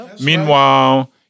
Meanwhile